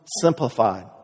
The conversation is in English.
simplified